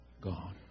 gone